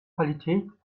qualität